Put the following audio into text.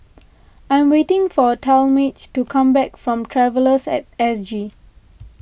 I am waiting for Talmage to come back from Travellers at S G